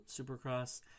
Supercross